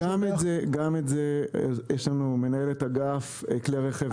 יש לנו מנהלת אגף כלי רכב בחיפה.